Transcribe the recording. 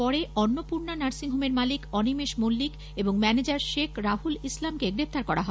পরে অন্নপূর্ণা নার্সিংহোমের মালিক অনিমেষ মল্লিক ও ম্যানেজার শেখ রাহুল ইসলামকে গ্রেপ্তার করা হয়